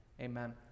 Amen